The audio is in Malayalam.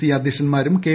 സി അദ്ധ്യക്ഷന്മാരും കെ